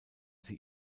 sie